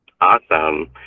Awesome